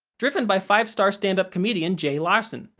driven by five-star stand up comedian jay larson.